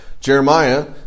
Jeremiah